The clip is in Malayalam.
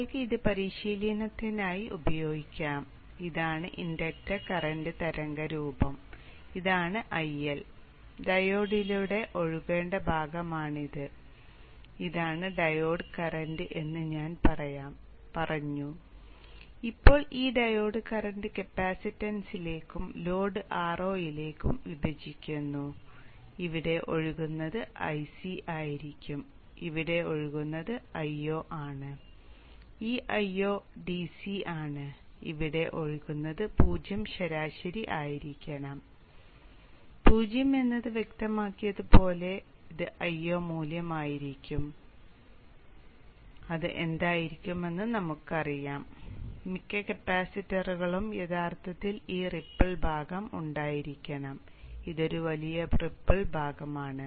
നിങ്ങൾക്ക് ഇത് പരിശീലനത്തിനായി ഉപയോഗിക്കാം തുടർന്ന് ഇതാണ് ഇൻഡക്റ്റർ കറന്റ് തരംഗരൂപം ഇതാണ് IL ഭാഗമാണ്